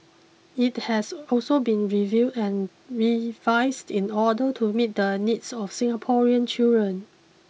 it has also been reviewed and revised in order to meet the needs of Singaporean children